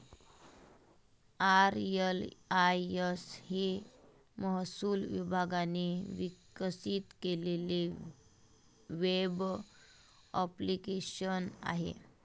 RLIS हे महसूल विभागाने विकसित केलेले वेब ॲप्लिकेशन आहे